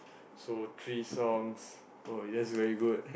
so three songs oh that's very good